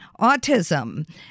autism